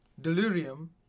delirium